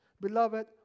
beloved